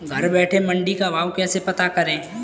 घर बैठे मंडी का भाव कैसे पता करें?